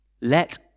let